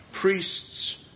Priests